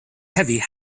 heavy